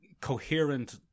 coherent